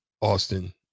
Austin